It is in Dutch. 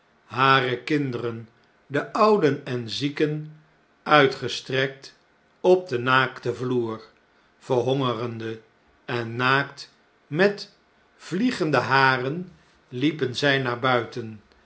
hare kinderen de ouden en zieken uitgestrekt op den naakten vloer verhongerende en naakt met vliegende haren liepen zjj naar buiten